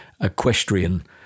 equestrian